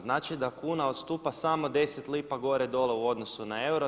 Znači da kuna odstupa samo 10 lipa gore, dole u odnosu na euro.